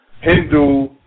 Hindu